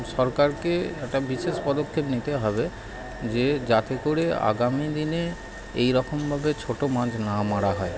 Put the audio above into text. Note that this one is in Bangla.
সরকারকে একটা বিশেষ পদক্ষেপ নিতে হবে যে যাতে করে আগামী দিনে এইরকমভাবে ছোট মাছ না মারা হয়